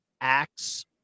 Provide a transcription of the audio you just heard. acts